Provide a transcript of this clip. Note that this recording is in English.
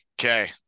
Okay